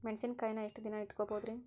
ಮೆಣಸಿನಕಾಯಿನಾ ಎಷ್ಟ ದಿನ ಇಟ್ಕೋಬೊದ್ರೇ?